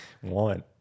One